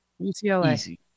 UCLA